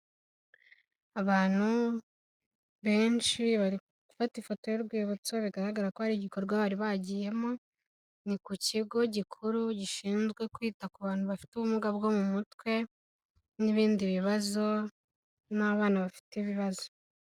Abantu benshi bari gufata ifoto y'urwibutso bigaragara ko hari igikorwa bari bagiyemo ni ku kigo gikuru gishinzwe kwita ku bantu bafite ubumuga bwo mu mutwe n'ibindi bibazo n'abana bafite ibibazo